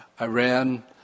Iran